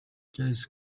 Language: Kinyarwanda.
charles